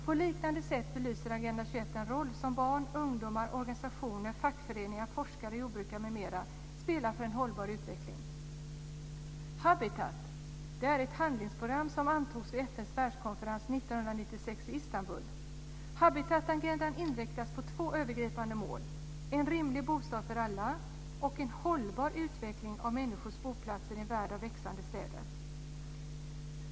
På liknande sätt belyser Agenda 21 den roll som t.ex. barn och ungdomar, organisationer, fackföreningar, forskare och jordbrukare spelar för en hållbar utveckling. FN:s världskonferens 1996 i Istanbul. Habitatagendan inriktades på två övergripande mål: · en rimlig bostad för alla samt · en hållbar utveckling av människors boplatser i en värld av växande städer.